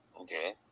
Okay